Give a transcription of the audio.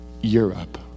Europe